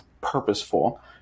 purposeful